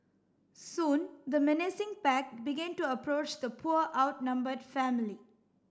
soon the menacing pack began to approach the poor outnumbered family